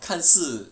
看是